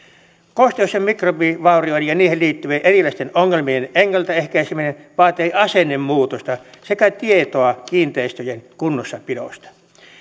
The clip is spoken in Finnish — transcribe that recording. kosteus ja mikrobivaurioiden ja niihin liittyvien erilaisten ongelmien ennaltaehkäiseminen vaatii asennemuutosta sekä tietoa kiinteistöjen kunnossapidosta